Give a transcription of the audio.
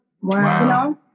Wow